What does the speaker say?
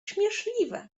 śmieszliwe